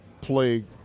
plagued